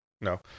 no